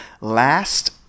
last